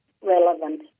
relevant